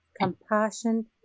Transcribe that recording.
compassion